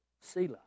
Selah